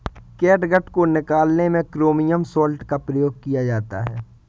catgut को निकालने में क्रोमियम सॉल्ट का प्रयोग किया जाता है